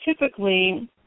typically